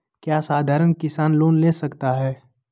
क्या साधरण किसान लोन ले सकता है?